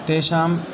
तेषाम्